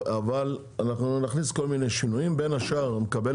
אבל אנחנו נכניס כל מיני שינויים בין השאר אני מקבל